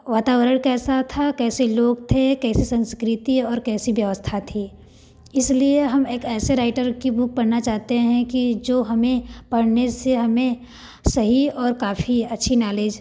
वातावरण कैसा था कैसे लोग थे कैसी संस्कृति और कैसी व्यवस्था थी इसलिए हम एक ऐसे राईटर की बूक पढ़ना चाहते हैं कि जो हमें पढ़ने से हमें सही और काफ़ी अच्छी नालेज